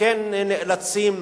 כן נאלצים